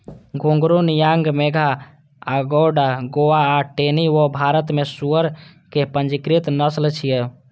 घूंघरू, नियांग मेघा, अगोंडा गोवा आ टेनी वो भारत मे सुअर के पंजीकृत नस्ल छियै